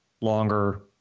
longer